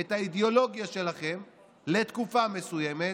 את האידיאולוגיה שלכם לתקופה מסוימת.